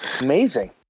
amazing